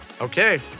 Okay